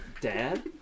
Dad